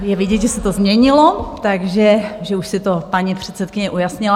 Je vidět, že se to změnilo, takže už si to paní předsedkyně ujasnila.